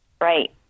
Right